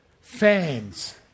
Fans